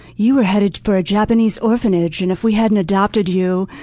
you were headed for a japanese orphanage, and if we hadn't adopted you,